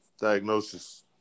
diagnosis